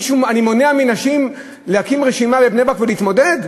אני מונע מנשים להקים רשימה בבני-ברק ולהתמודד?